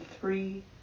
three